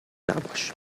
نباش